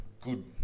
good